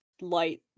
light